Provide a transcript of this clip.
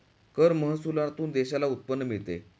कर महसुलातून देशाला उत्पन्न मिळते